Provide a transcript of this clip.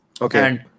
Okay